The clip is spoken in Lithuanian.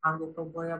anglų kalboje